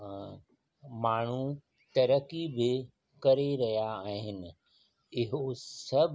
माण्हू तरक़ी बि करे रहिया आहिनि इहो सभु